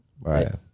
right